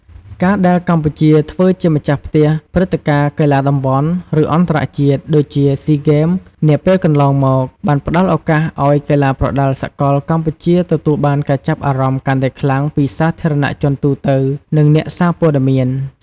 ការដែលកម្ពុជាធ្វើជាម្ចាស់ផ្ទះព្រឹត្តិការណ៍កីឡាតំបន់ ឬអន្តរជាតិ ដូចជា សុី ហ្គេម នាពេលកន្លងមក បានផ្តល់ឱកាសឲ្យកីឡាប្រដាល់សកលកម្ពុជាទទួលបានការចាប់អារម្មណ៍កាន់តែខ្លាំងពីសាធារណជនទូទៅ និងអ្នកសារព័ត៌មាន។